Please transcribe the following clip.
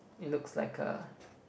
it looks like a